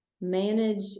Manage